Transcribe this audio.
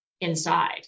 inside